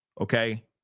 Okay